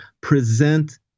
present